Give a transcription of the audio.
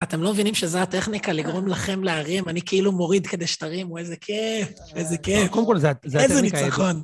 אתם לא מבינים שזו הטכניקה לגרום לכם להרים? אני כאילו מוריד כדי שתרימו. איזה כיף! איזה כיף. קודם כול, זו הטכניקה הזו. איזה ניצחון!